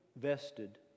vested